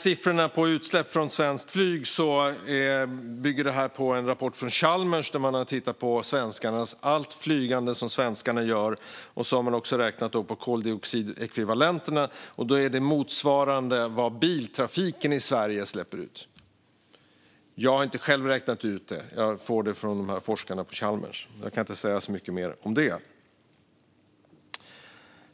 Siffrorna för utsläpp från svenskt flyg bygger på en rapport från Chalmers där man har tittat på allt flygande som svenskarna gör. Man har också räknat på koldioxidekvivalenterna, och det är motsvarande det som biltrafiken i Sverige släpper ut. Jag har inte själv räknat ut det, utan jag har fått det från forskarna på Chalmers. Jag kan inte säga så mycket mer om det.